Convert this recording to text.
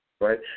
right